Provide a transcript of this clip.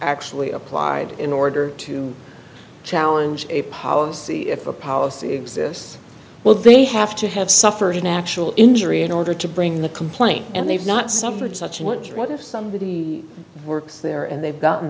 actually applied in order to challenge a policy if a policy exists well they have to have suffered an actual injury in order to bring the complaint and they've not suffered such an what if somebody works there and they've gotten